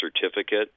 certificate